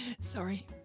Sorry